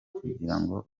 kugirango